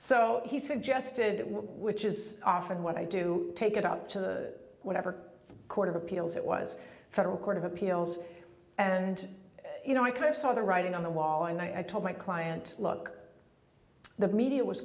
so he suggested which is often what i do take it out to whatever court of appeals it was federal court of appeals and you know i kind of saw the writing on the wall and i told my client look the media was